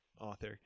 author